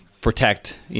protect